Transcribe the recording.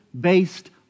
based